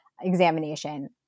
examination